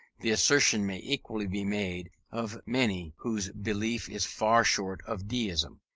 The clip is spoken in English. the assertion may equally be made of many whose belief is far short of deism.